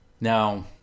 Now